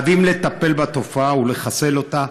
חייבים לטפל בתופעה ולחסל אותה